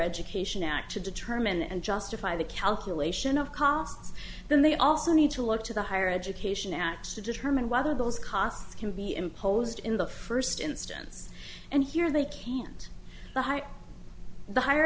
education act to determine and justify the calculation of costs then they also need to look to the higher education act to determine whether those costs can be imposed in the first instance and here they can't the higher